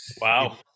Wow